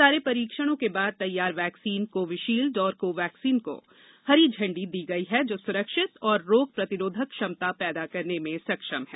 सारे परीक्षणों के बाद तैयार वैक्सीन कोविशील्ड एवं कोवैक्सीन को हरी झंडी दी गई है जो सुरक्षित एवं रोग प्रतिरोधक क्षमता पैदा करने में सक्षम हैं